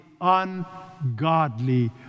ungodly